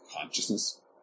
consciousness